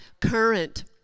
current